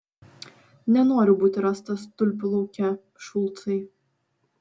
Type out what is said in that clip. nenoriu būti rastas tulpių lauke šulcai